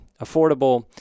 affordable